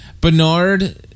Bernard